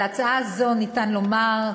על הצעה זו אפשר לומר: